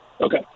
Okay